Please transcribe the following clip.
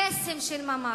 קסם של ממש,